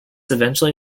eventually